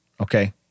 okay